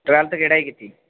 twelfth केह्ड़े च कीती